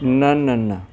न न न